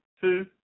two